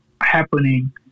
happening